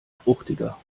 fruchtiger